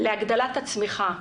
להגדלת הצמיחה,